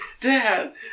Dad